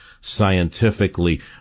scientifically